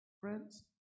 friends